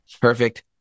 perfect